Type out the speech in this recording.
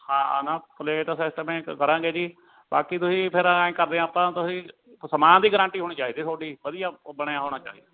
ਹਾਂ ਨਾ ਪਲੇਟ ਸਿਸਟਮੇ ਕਰਾਂਗੇ ਜੀ ਬਾਕੀ ਤੁਸੀਂ ਫਿਰ ਐ ਕਰਦੇ ਹਾਂ ਆਪਾਂ ਤੁਸੀਂ ਸਮਾਨ ਦੀ ਗਰੰਟੀ ਹੋਣੀ ਚਾਹੀਦੀ ਤੁਹਾਡੀ ਵਧੀਆ ਉਹ ਬਣਿਆ ਹੋਣਾ ਚਾਹੀਦਾ